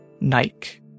Nike